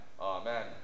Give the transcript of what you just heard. Amen